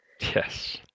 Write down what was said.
Yes